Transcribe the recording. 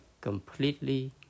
completely